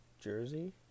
Jersey